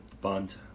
Bond